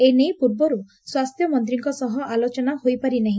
ଏନେଇ ପୂର୍ବରୁ ସ୍ୱାସ୍ସ୍ୟମନ୍ତୀଙ୍କ ସହ ଆଲୋଚନା ହୋଇପାରି ନାହି